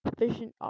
efficient